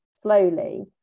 slowly